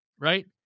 right